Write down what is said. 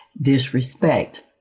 disrespect